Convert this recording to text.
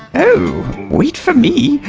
wait for me,